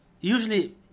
usually